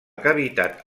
cavitat